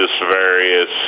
various